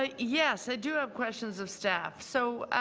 ah yeah so do have questions of staff. so